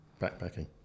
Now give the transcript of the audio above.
Backpacking